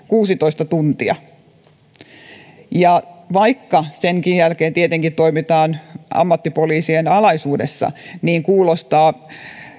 kuusitoista tuntia suhteessa tähän vaikka senkin jälkeen tietenkin toimitaan ammattipoliisien alaisuudessa niin kuulostaa